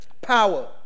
Power